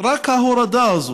רק ההורדה הזאת.